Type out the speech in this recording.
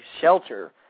shelter